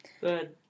Good